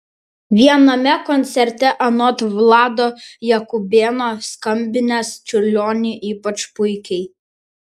viename koncerte anot vlado jakubėno skambinęs čiurlionį ypač puikiai